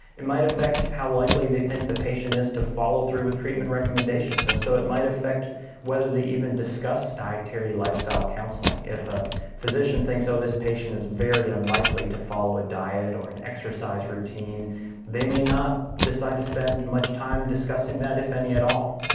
it might affect how likely they think the patient is to follow through with treatment recommendations, and so it might affect whether they even discuss dietary lifestyle counselling. if a physician thinks, oh, so this patient is very unlikely to follow a diet or an exercise routine they may not decide to spend much time discussing that, if any at all.